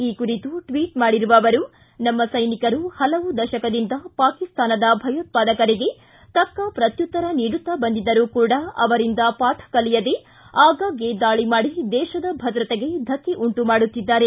ಈ ಕುರಿತು ಟ್ವಿಚ್ ಮಾಡಿರುವ ಅವರು ನಮ್ಮ ಸೈನಿಕರು ಹಲವು ದಶಕದಿಂದ ಪಾಕಿಸ್ತಾನದ ಭಯೋತ್ಪಾದಕರಿಗೆ ತಕ್ಕ ಪ್ರತ್ಯುತ್ತರ ನೀಡುತ್ತಾ ಬಂದಿದ್ದರೂ ಕೂಡ ಅದರಿಂದ ಪಾಕ ಕಲಿಯದೆ ಆಗಾಗ್ಗೆ ದಾಳಿ ಮಾಡಿ ದೇತದ ಭದ್ರತೆಗೆ ಧಕ್ಕೆ ಉಂಟು ಮಾಡುತ್ತಿದ್ದಾರೆ